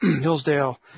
hillsdale